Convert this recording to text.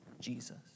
Jesus